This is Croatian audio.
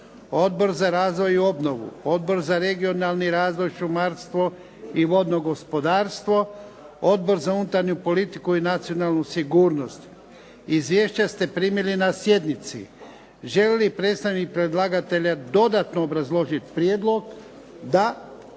Odbor za razvoj i obnovu, Odbor za regionalni razvoj, šumarstvo i vodno gospodarstvo, Odbor za unutarnju politiku i nacionalnu sigurnost. Izvješća ste primili na sjednici. Želi li predstavnik predlagatelja dodatno obrazložit prijedlog? Da.